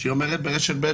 רהב?